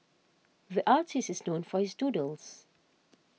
the artist is known for his doodles